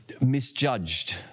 misjudged